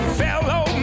fellow